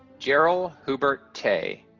jaryl hubert tay,